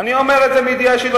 אני אומר את זה מידיעה אישית,